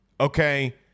okay